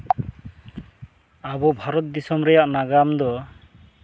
ᱟᱵᱚ ᱵᱷᱟᱨᱚᱛ ᱫᱤᱥᱚᱢ ᱨᱮᱭᱟᱜ ᱱᱟᱜᱟᱢ ᱫᱚ